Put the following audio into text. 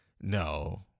no